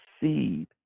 seed